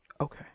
Okay